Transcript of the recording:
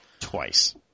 Twice